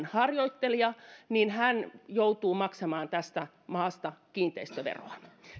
harjoittaja niin hän joutuu maksamaan tästä maasta kiinteistöveroa